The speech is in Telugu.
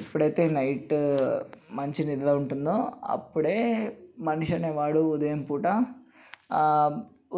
ఎప్పుడైతే నైటు మంచి నిద్ర ఉంటుందో అప్పుడే మనిషి అనేవాడు ఉదయం పూట